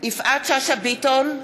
יפעת שאשא ביטון,